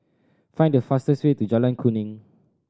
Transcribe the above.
find the fastest way to Jalan Kuning